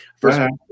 first